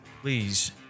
please